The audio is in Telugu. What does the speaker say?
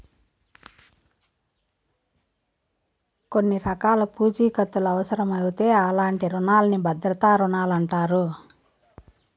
కొన్ని రకాల పూఛీకత్తులవుసరమవుతే అలాంటి రునాల్ని భద్రతా రుణాలంటారు